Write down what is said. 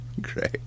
Great